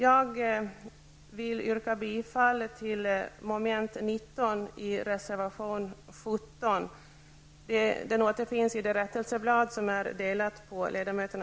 Jag vill yrka bifall till reservation 17